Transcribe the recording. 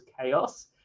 chaos